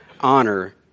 honor